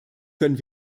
können